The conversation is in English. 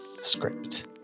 script